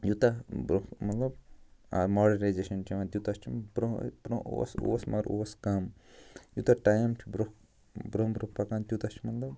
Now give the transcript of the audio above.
یوٗتاہ برٛونٛہہ مطلب ماڈَرنایزیشَن چھِ یِوان تیٛوٗتاہ چھُ برٛونٛہہ برٛونٛہہ اوس اوس مگر اوس کَم یوٗتاہ ٹایِم چھُ برٛونٛہہ برٛونٛہہ پکان تیٛوٗتاہ چھُ مطلب